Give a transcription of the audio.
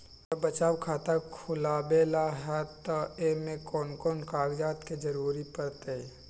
हमरा बचत खाता खुलावेला है त ए में कौन कौन कागजात के जरूरी परतई?